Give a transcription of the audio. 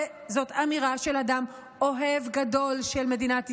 וזאת אמירה של אדם אוהב גדול של מדינת ישראל,